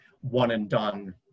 one-and-done